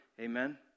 Amen